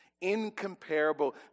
incomparable